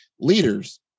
leaders